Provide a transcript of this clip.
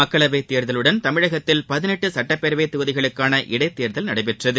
மக்களவைத் தேர்தலுடன் தமிழகத்தில் சட்டப்பேரவைத் தொகுதிகளுக்கான இடைத்தேர்தல் நடைபெற்றது